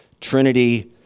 Trinity